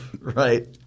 right